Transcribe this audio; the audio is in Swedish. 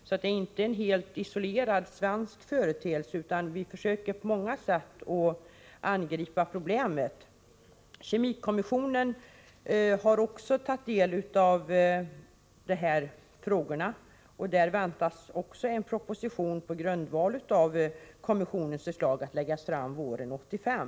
Det är alltså inte en isolerad svensk företeelse att djurförsöken uppmärksammas, utan man försöker på många sätt att angripa problemet. Kemikommissionen har också tagit upp de här frågorna, och en proposition på grundval av kommissionens förslag väntas till våren 1985.